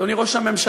אדוני ראש הממשלה,